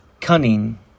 cunning